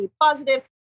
positive